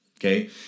okay